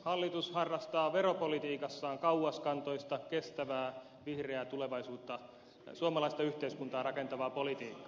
hallitus harrastaa veropolitiikassaan kauaskantoista kestävää vihreää tulevaisuuden suomalaista yhteiskuntaa rakentavaa politiikkaa